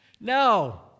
No